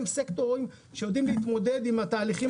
הם סקטורים שיודעים להתמודד עם התהליכים